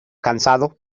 cansado